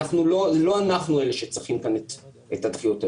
לא אנחנו אלה שצריכים כאן את הדחיות האלה.